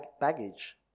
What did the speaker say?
baggage